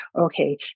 okay